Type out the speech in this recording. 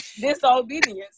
Disobedience